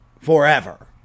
forever